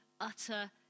utter